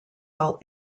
all